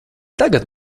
tagad